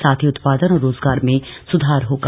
साथ ही उत्पादन और रोजगार में स्धार होगा